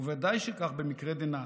ובוודאי שכך במקרה דנן.